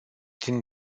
din